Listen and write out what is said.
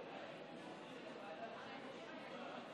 57. אם כך, אני קובע